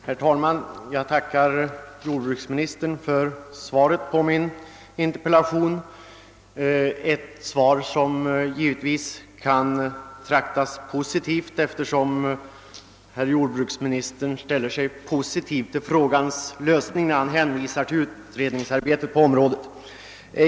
Herr talman! Jag tackar jordbruksministern för svaret på min interpellation, ett svar som givetvis kan betraktas som positivt, eftersom herr jordbruksministern ställer sig välvillig och hänvisar till pågående utredningsarbete på området.